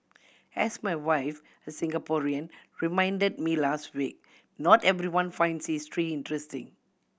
as my wife a Singaporean reminded me last week not everyone finds history interesting